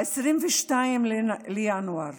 ב-22 בינואר